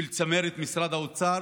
של צמרת משרד האוצר,